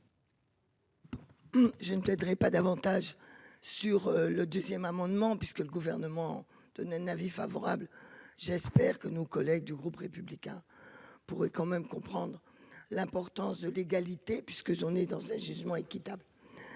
Je ne céderai pas davantage sur le 2ème amendement puisque le gouvernement donne un avis favorable. J'espère que nos collègues du groupe républicain pourrait quand même comprendre l'importance de l'égalité, puisqu'on est dans un jugement équitable.